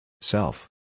Self